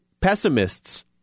pessimists